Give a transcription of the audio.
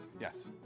Yes